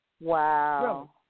Wow